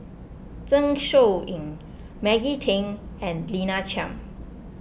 Zeng Shouyin Maggie Teng and Lina Chiam